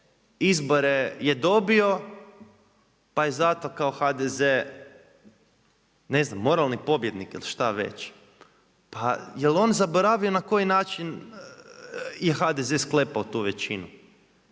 izbore je dobio pa je zato HDZ ne znam moralni pobjednik ili šta već. Pa jel on zaboravio na koji način je HDZ je sklepao tu većinu.